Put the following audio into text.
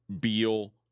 Beal